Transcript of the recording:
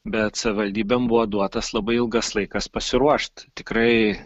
bet savivaldybėm buvo duotas labai ilgas laikas pasiruošt tikrai